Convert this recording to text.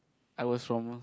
I was from a